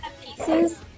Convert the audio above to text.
pieces